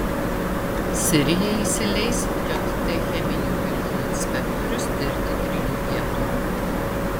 sirija įsileis jt cheminių ginklų inspektorius tirti trijų vietų